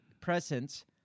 presence